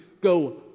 go